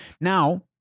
Now